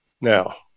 Now